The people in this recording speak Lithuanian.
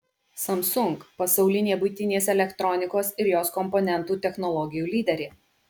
samsung pasaulinė buitinės elektronikos ir jos komponentų technologijų lyderė